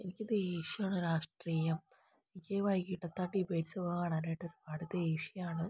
എനിക്ക് ദേഷ്യമാണ് രാഷ്ട്രീയം എനിക്ക് വൈകിട്ടത്തെ ആ ഡിബേറ്റ്സ് കാണാനായിട്ട് ഒരുപാട് ദേഷ്യമാണ്